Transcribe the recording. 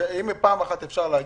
ואם פעם אחת אפשר להגיד,